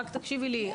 רק תקשיבי לי.